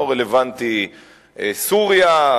לא רלוונטי סוריה,